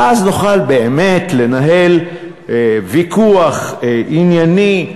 ואז נוכל באמת לנהל ויכוח ענייני,